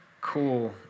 cool